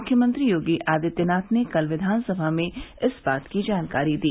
मुख्यमंत्री योगी आदित्यनाथ ने कल विधानसभा में इस बात की जानकारी दी